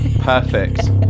Perfect